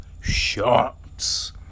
shots